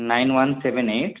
nine one seven eight